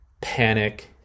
panic